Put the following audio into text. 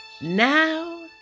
now